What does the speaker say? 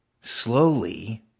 slowly